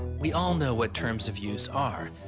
we all know what terms of use are.